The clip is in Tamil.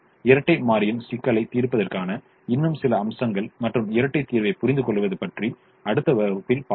இரட்டை மாறியின் சிக்கலை தீர்ப்பதற்கான இன்னும் சில அம்சங்கள் மற்றும் இரட்டை தீர்வைப் புரிந்துகொள்வது பற்றி அடுத்த வகுப்பில் நாம் பார்க்கலாம்